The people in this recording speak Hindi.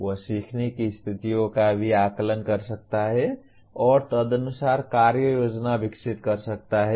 वह सीखने की स्थितियों का भी आकलन कर सकता है और तदनुसार कार्ययोजना विकसित कर सकता है